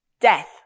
Death